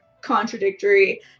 contradictory